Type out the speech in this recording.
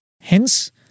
hence